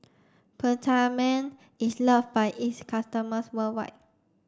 Peptamen is loved by its customers worldwide